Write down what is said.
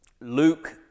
Luke